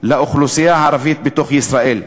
של האוכלוסייה הערבית בתוך ישראל.